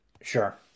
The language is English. sure